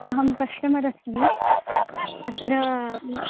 अहं कश्टमर् अस्मि अत्र